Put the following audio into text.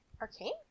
arcane